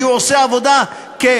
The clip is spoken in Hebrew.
כי הוא עושה עבודה כמצטיין,